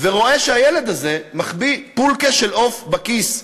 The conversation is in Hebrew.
ורואה שהילד הזה מחביא פולקע של עוף בכיס,